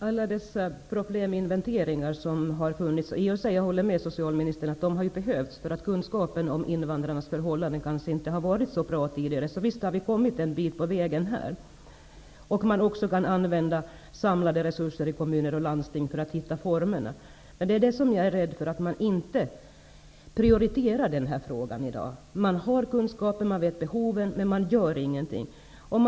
Fru talman! Jag håller med socialministern att alla dessa probleminventeringar har behövts, därför att kunskapen om invandrarnas förhållanden kanske inte har varit så bra tidigare. Visst har vi nu kommit en bit på vägen. Man kan också använda samlade resurer i kommuner och landsting för att hitta de rätta formerna. Men jag är rädd för att man inte prioriterar detta i dag. Man har kunskapen, man känner till behoven, men gör ingenting.